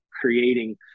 creating